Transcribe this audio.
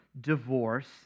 divorce